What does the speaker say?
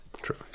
true